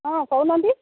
ହଁ କହୁ ନାହାନ୍ତି